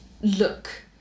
look